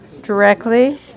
directly